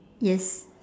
yes